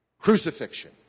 Crucifixion